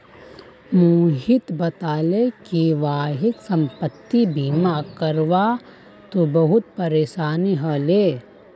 मोहित बताले कि वहाक संपति बीमा करवा त बहुत परेशानी ह ले